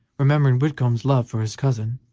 remembering whitcomb's love for his cousin,